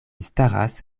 staras